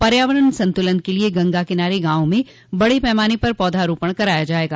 पर्यावरण संतुलन के लिए गंगा के किनारे गांवों में बड़े पैमाने पर पौधारोपण कराया जायेगा